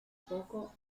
poco